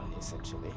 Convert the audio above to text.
essentially